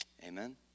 Amen